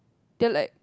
they like